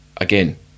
again